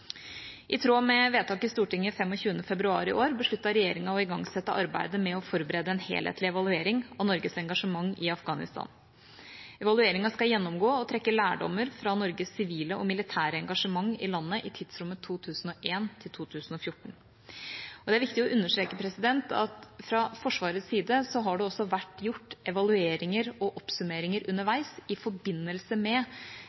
I tråd med vedtaket i Stortinget 25. februar i år besluttet regjeringa å igangsette arbeidet med å forberede en helhetlig evaluering av Norges engasjement i Afghanistan. Evalueringa skal gjennomgå og trekke lærdommer fra Norges sivile og militære engasjement i landet i tidsrommet 2001–2014. Det er viktig å understreke at det fra Forsvarets side har vært gjort evalueringer og oppsummeringer underveis, i forbindelse med